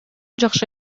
жакшы